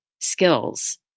skills